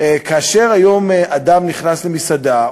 כאשר היום אדם נכנס למסעדה,